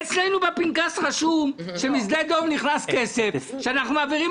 אצלנו בפנקס רשום שמשדה דב נכנס כסף שאנחנו מעבירים